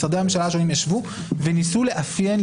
משרדי הממשלה השונים ישבו וניסו לאפיין,